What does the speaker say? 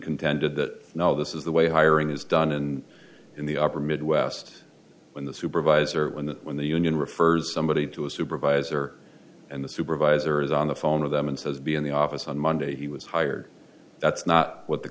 contended that now this is the way hiring is done and in the upper midwest when the supervisor when the when the union refers somebody to a supervisor and the supervisor is on the phone to them and says be in the office on monday he was hired that's not what the